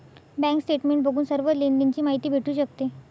bank statement बघून सर्व लेनदेण ची माहिती भेटू शकते